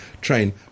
train